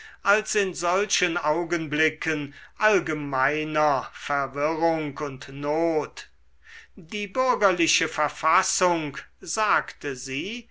als in solchen augenblicken allgemeiner verwirrung und not die bürgerliche verfassung sagte sie